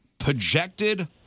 Projected